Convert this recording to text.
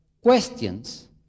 questions